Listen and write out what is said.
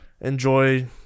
enjoy